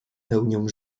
pełnią